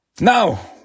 Now